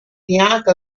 bianca